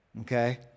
Okay